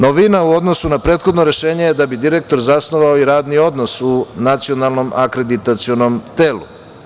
Novina u odnosu na prethodno rešenje je da bi direktor zasnovao i radni odnos u Nacionalnom akreditacionom telu.